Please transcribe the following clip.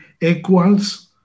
equals